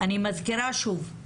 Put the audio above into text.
אני מזכירה שוב,